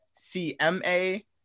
CMA